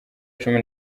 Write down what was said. cumi